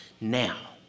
now